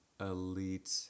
elite